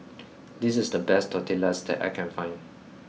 this is the best Tortillas that I can find